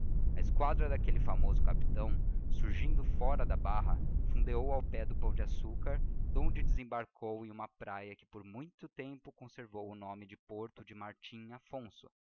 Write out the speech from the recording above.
a esquadra daquelle famoso capitão surgindo fora da barra fundeou ao pé do pão de assucar donde desembarcou em uma praia que por muito tempo conservou o nome de porto de martim affonso